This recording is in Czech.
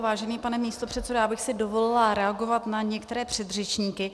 Vážený pane místopředsedo, já bych si dovolila reagovat na některé předřečníky.